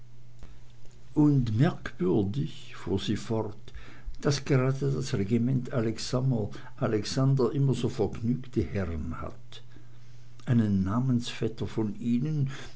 und merkwürdig fuhr sie fort daß gerade das regiment alexander immer so vergnügte herren hat einen namensvetter von ihnen